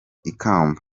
ikamba